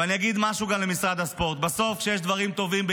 ואני אגיד משהו גם למשרד הספורט: בסוף כשיש דברים טובים,